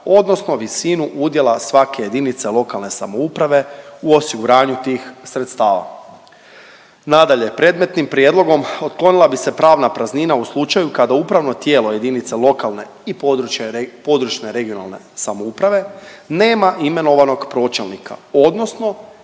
odnosno visinu udjela svake JLS u osiguranju tih sredstava. Nadalje, predmetnim prijedlogom otklonila bi se pravna praznina u slučaju kada upravno tijelo JLPRS nema imenovanog pročelnika odnosno